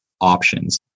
options